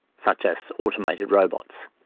such as automated robots.